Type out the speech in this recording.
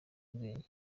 ubwenge